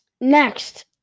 Next